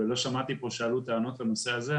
ולא שמעתי פה שעלו טענות לנושא הזה,